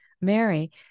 Mary